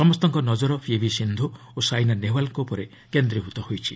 ସମସ୍ତଙ୍କ ନଜର ପିଭି ସିନ୍ଧୁ ଓ ସାଇନା ନେହୱାଲ୍ଙ୍କ ଉପରେ କେନ୍ଦ୍ରୀଭୂତ ହୋଇଛି